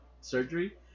surgery